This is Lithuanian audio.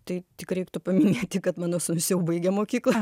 tai tik reiktų paminėti kad mano sūnus jau baigė mokyklą